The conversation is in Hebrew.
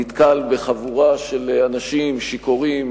נתקל בחבורה של אנשים שיכורים,